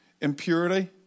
Impurity